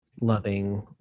loving